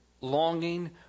longing